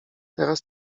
teraz